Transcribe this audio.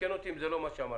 תקן אותי אם זה לא מה שאמרת,